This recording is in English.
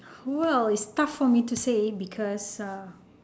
well it's tough for me to say because uh